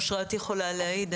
אשרת יכולה להעיד,